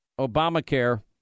Obamacare